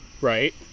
Right